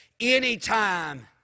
Anytime